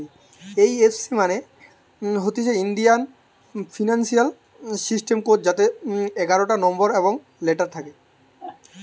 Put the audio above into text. এই F C মানে হতিছে ইন্ডিয়ান ফিনান্সিয়াল সিস্টেম কোড যাতে এগারটা নম্বর এবং লেটার থাকে